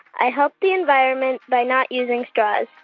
i help the environment by not using straws.